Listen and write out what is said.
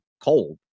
cold